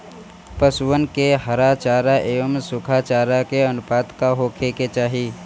पशुअन के हरा चरा एंव सुखा चारा के अनुपात का होखे के चाही?